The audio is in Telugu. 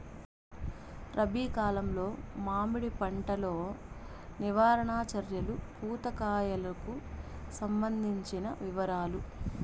రబి కాలంలో మామిడి పంట లో నివారణ చర్యలు పూత కాయలకు సంబంధించిన వివరాలు?